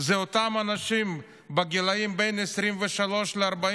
זה אותם אנשים בגילים בין 23 ל-45,